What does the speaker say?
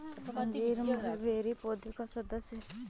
अंजीर मलबेरी पौधे का सदस्य है